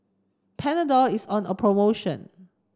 Panadol is on a promotion